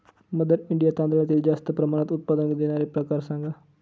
mother India तांदळातील जास्त प्रमाणात उत्पादन देणारे प्रकार सांगा